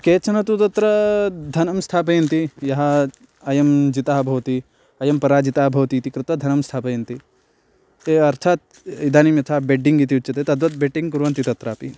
केचन तु तत्र धनं स्थापयन्ति यः अयं जितः भवति अहं पराजितः भवति इति कृत्वा धनं स्थापयन्ति ते अर्थात् इदानीं यथा बेड्डिङ्ग् इति उच्यते तद्वत् बेट्टिङ्ग् कुर्वन्ति तत्रापि